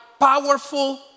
powerful